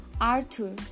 Arthur